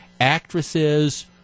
Actresses